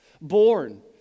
born